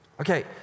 Okay